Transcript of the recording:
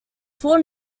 four